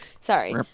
Sorry